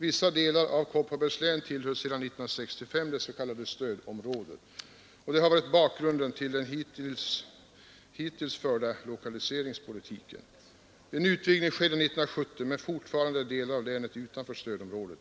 Vissa delar av Kopparbergs län tillhör sedan 1965 det s.k. stödområdet. Det har varit bakgrunden till den hittills förda lokaliseringspolitiken. En utvidgning skedde 1970, men fortfarande är delar av länet utanför stödområdet.